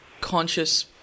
conscious